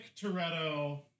Toretto